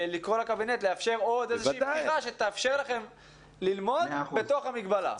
לקרוא לקבינט לאפשר עוד איזושהי פתיחה שתאפשר ללמוד בתוך המגבלה.